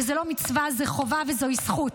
וזו לא מצווה, זו חובה וזוהי זכות.